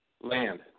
land